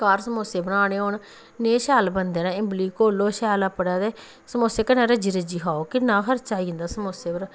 घर समोसे बनाने होन नेह् शैल बनदे नै ईमली घोलो शैल अपने ते समोसे कन्नै रज्जी रज्जी खाओ किन्ना खर्चा आई जंदा समोसें पर